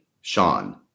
Sean